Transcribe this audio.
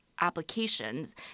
applications